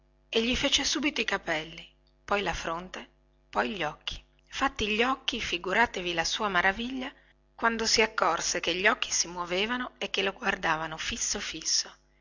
e gli fece subito i capelli poi la fronte poi gli occhi fatti gli occhi figuratevi la sua maraviglia quando si accorse che gli occhi si muovevano e che lo guardavano fisso fisso